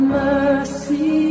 mercy